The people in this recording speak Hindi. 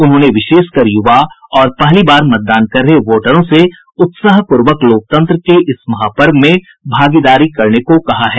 उन्होंने विशेष कर युवा और पहली बार मतदान कर रहे वोटरों से उत्साहपूर्वक लोकतंत्र के इस महापर्व में भागीदारी करने को कहा है